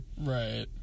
Right